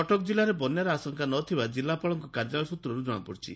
କଟକ ଜିଲ୍ଲାରେ ବନ୍ୟାର ଆଶଙ୍କା ନଥିବା କିଲ୍ଲାପାଳଙ୍କ କାର୍ଯ୍ୟାଳୟ ସୂତ୍ରରୁ କଶାପଡିଛି